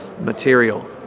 material